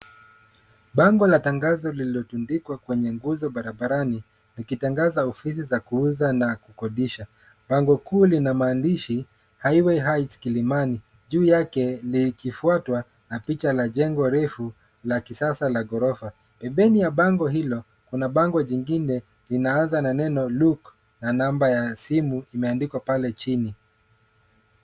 Bango la tangazo lililotundikwa kwenye nguzo barabarani ikitangaza ofisi za kuuza na kukodisha ,bango kuu lina maandishi highway heights kilimani .juu yake ni kifuatwa na picha la jengo refu la kisasa la ghorofa ,pembeni ya bango hilo kuna bango jingine linaanza na neno look na namba ya simu imeandikwa pale chini.